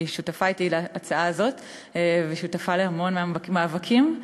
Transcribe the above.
שהיא שותפה שלי להצעה הזאת ושותפה להמון מאבקים,